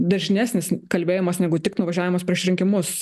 dažnesnis kalbėjimas negu tik nuvažiavimas prieš rinkimus